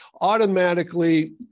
automatically